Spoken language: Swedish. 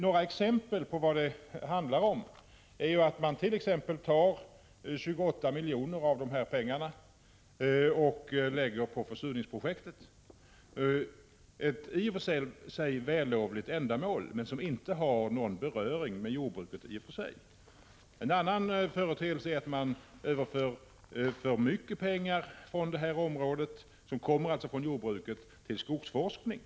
Några exempel på vad det handlar om är att man t.ex. tar 28 miljoner av dessa pengar och lägger på försurningsprojektet, ett i och för sig vällovligt ändamål men som inte har någon beröring med jordbruket. Ett annat exempel är att man överför för mycket pengar, som alltså kommer från jordbruket, till skogsforskning.